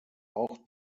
auch